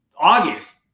August